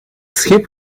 schip